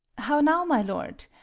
how now, my lord!